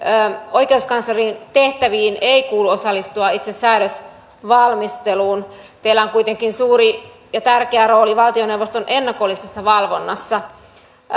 oikeuskanslerin tehtäviin ei kuulu osallistua itse säädösvalmisteluun teillä on kuitenkin suuri ja tärkeä rooli valtioneuvoston ennakollisessa valvonnassa